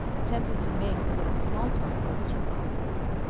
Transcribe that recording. attempted to make a little small talk with sir godfrey.